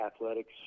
athletics